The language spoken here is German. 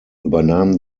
übernahm